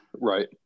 right